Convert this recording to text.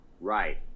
right